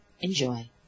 Enjoy